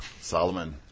Solomon